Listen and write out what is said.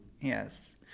yes